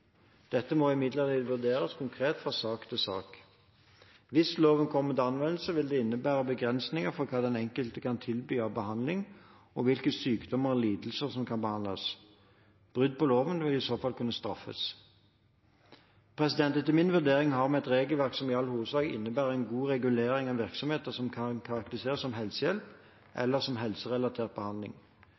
Dette må imidlertid vurderes konkret fra sak til sak. Hvis loven kommer til anvendelse, vil det innebære begrensninger for hva den enkelte kan tilby av behandling, og hvilke sykdommer og lidelser som kan behandles. Brudd på loven vil i så fall kunne straffes. Etter min vurdering har vi et regelverk som i all hovedsak innebærer en god regulering av virksomheter som er å karakterisere som «helsehjelp» eller som «helserelatert behandling».